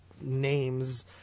names